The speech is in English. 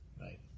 right